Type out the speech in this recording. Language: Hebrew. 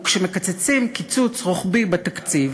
וכשמקצצים קיצוץ רוחבי בתקציב,